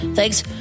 Thanks